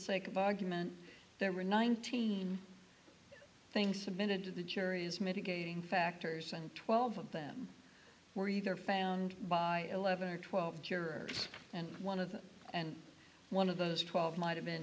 sake of argument there were nineteen things had been into the jury's mitigating factors and twelve of them were either found by eleven or twelve jurors and one of them and one of those twelve might have been